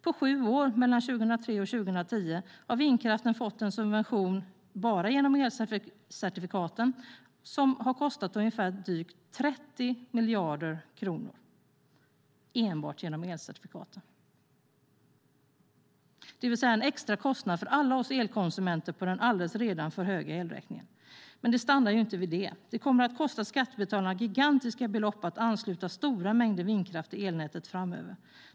På sju år, mellan 2003 och 2010, har vindkraften enbart genom elcertifikaten fått en subvention som kostat drygt 30 miljarder kronor, det vill säga en extra kostnad för alla oss elkonsumenter på den redan alldeles för höga elräkningen. Men det stannar inte vid det. Det kommer att kosta skattebetalarna gigantiska belopp att ansluta stora mängder vindkraft till elnätet framöver.